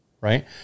Right